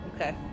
okay